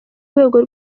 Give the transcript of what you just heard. rwego